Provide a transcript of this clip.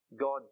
God